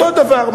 אותו דבר.